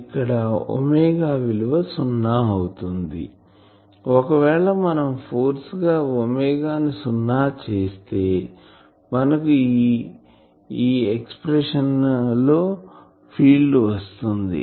ఇక్కడ ఒమేగా విలువ సున్నా అవుతుందిఒకవేళ మనం ఫోర్స్ గా ఒమేగా ను సున్నా చేస్తే మనకు ఈ ఎక్సప్రెషన్ లో ఫీల్డ్ వస్తుంది